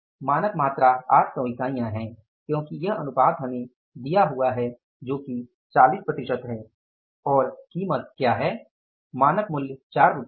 मानक मात्रा 800 इकाइयाँ हैं क्योंकि यह अनुपात हमें दिया गया है जो कि 40 प्रतिशत है और कीमत क्या है मानक मूल्य 4 है